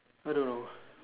I don't know